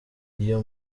iyo